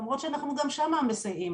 למרות שגם שם אנחנו מסייעים.